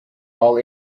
all